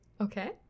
Okay